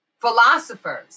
Philosophers